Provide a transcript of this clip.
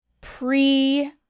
pre-